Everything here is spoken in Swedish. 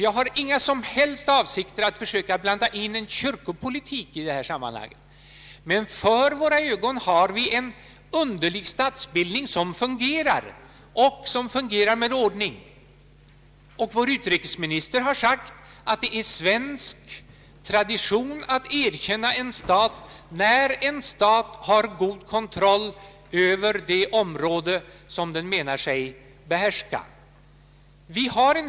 Jag har ingen som helst avsikt att blanda in kyrkopolitik i det här sammanhanget. För våra ögon har vi en underlig statsbildning som fungerar och som fungerar med ordning. Vår utrikesminister har sagt att det är svensk tradition att erkänna en stat när den har god kontroll över det område som den anser sig behärska.